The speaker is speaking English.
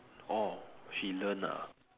orh she learn ah